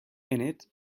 innit